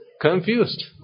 confused